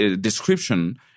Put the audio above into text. description